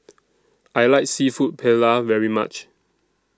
I like Seafood Paella very much